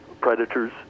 predators